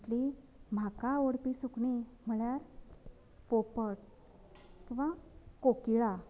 हातुंतली म्हाका आवडपी सुकणीं म्हळ्यार पोपट किंवां कोकिळा